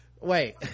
Wait